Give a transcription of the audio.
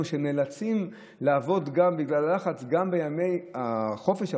בגלל שהם נאלצים לעבוד בלחץ גם בימי החופש,